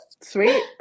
sweet